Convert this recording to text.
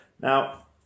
Now